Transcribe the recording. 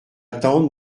tante